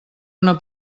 una